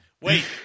Wait